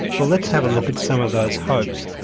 well let's have a look at some of those hopes.